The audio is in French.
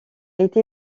été